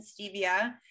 stevia